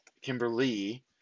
Kimberly